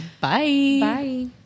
Bye